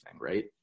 Right